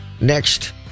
next